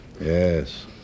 Yes